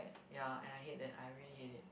ya and I hate that I really hate it